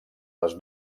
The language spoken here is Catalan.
les